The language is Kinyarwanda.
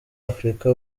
afurika